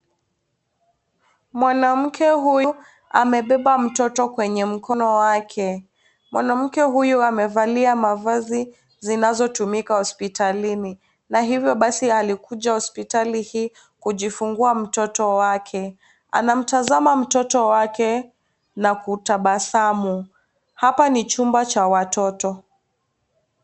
mwanamme huyu amebeba mtoto kwenye mkono wake. Mwanamke huyu amevalia mavazi zinazotumika hospitalini. Na hivyo basi alikuja hospitali hii kujifungua mtoto wake. Anamtazama mtoto wake na kutabasamu. Hapa ni chumba cha watoto.